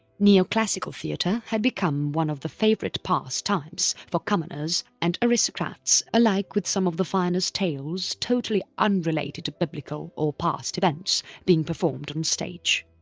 neoclassical theatre had become one of the favourite pass times for commoners and aristocrats alike with some of the finest tales totally unrelated to biblical or past events being performed on stage.